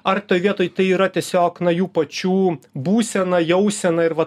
ar toj vietoj tai yra tiesiog nuo jų pačių būsena jausena ir